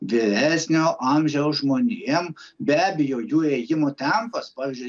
vyresnio amžiaus žmonėm be abejo jų ėjimo tempas pavyzdžiui